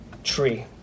tree